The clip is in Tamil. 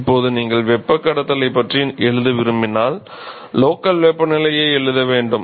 இப்போது நீங்கள் வெப்பக் கடத்துதலைப் பற்றி எழுத விரும்பினால் லோக்கல் வெப்பநிலையை எழுத வேண்டும்